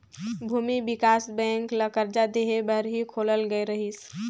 भूमि बिकास बेंक ल करजा देहे बर ही खोलल गये रहीस